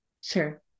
Sure